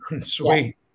Sweet